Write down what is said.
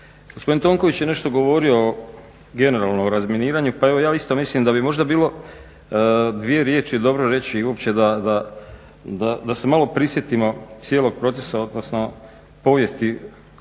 Gospodin Tonković je nešto govorio generalno o razminiranju, pa evo ja isto mislim da bi možda bilo dvije riječi dobro reći uopće da se malo prisjetimo cijelog procesa, odnosno povijesti